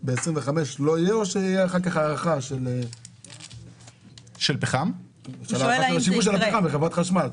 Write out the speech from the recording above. ב-2025 לא יהיה או שתהיה אחר כך הארכה של שימוש בפחם בחברת החשמל?